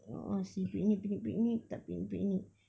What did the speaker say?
a'ah seh picnic picnic picnic tak picnic picnic